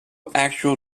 actual